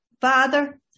Father